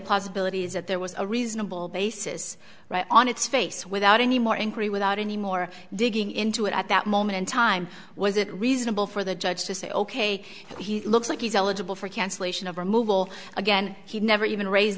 possibility is that there was a reasonable basis on its face without any more angry without any more digging into it at that moment in time was it reasonable for the judge to say ok he looks like he's eligible for cancellation of removal again he'd never even raise